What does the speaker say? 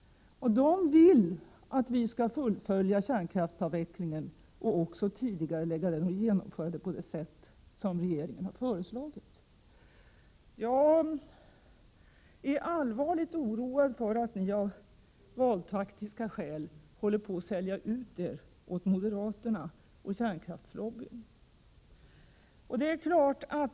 De vill att vi skall fullfölja kärnkraftsavvecklingen, och även tidigarelägga den, på det sätt som regeringen har föreslagit. Jag är allvarligt oroad för att ni av valtaktiska skäl håller på att sälja ut er åt moderaterna och kärnkraftslobbyn.